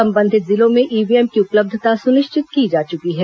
संबंधित जिलों में ईव्हीएम की उपलब्धता सुनिश्चित की जा चुकी है